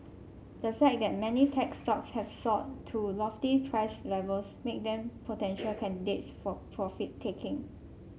the fact that many tech stocks have soared to lofty price levels make them potential candidates for profit taking